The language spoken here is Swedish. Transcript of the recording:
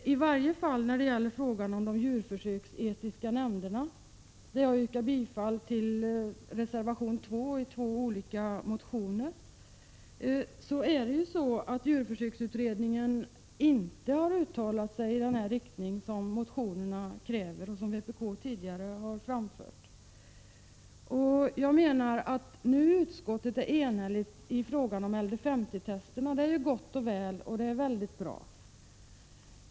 I varje fall när det gäller de djurförsöksetiska nämnderna — jag yrkar i det sammanhanget bifall till reservation 2 och två olika motioner — har djurförsöksutredningen inte uttalat sig i den riktning som motionärerna kräver och som vpk tidigare har förordat. Att utskottet är enhälligt när det gäller LD 50-testerna är ju gott och väl; det är mycket bra.